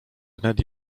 wnet